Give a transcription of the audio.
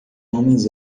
homens